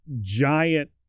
giant